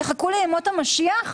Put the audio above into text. יחכו לימות המשיח?